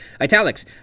Italics